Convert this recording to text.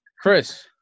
Chris